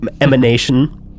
emanation